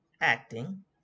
acting